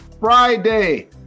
Friday